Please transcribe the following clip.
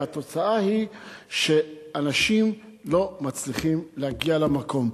והתוצאה היא שאנשים לא מצליחים להגיע למקום,